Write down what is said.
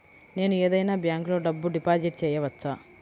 నేను ఏదైనా బ్యాంక్లో డబ్బు డిపాజిట్ చేయవచ్చా?